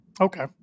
Okay